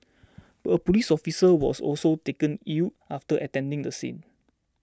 a police officer was also taken ill after attending the scene